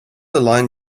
align